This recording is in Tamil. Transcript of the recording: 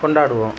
கொண்டாடுவோம்